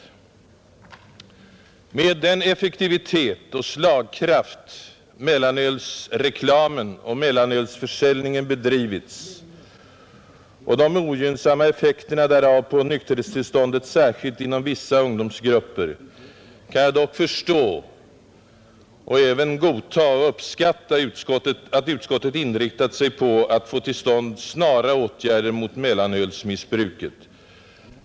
Med tanke på den effektivitet och slagkraft varmed mellanölsreklamen och mellanölsförsäljningen bedrivits och de ogynnsamma effekterna därav på nykterhetstillståndet, särskilt inom vissa ungdomsgrupper, kan jag dock förstå och även godta och uppskatta att utskottet inriktat sig på att få till stånd snara åtgärder mot mellanölsmissbruket.